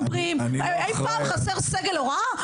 אי פעם חסר סגל הוראה?